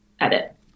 edit